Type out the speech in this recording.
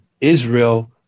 Israel